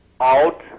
out